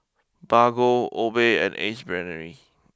Bargo Obey and Ace Brainery